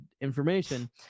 information